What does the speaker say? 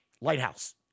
Lighthouse